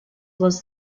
was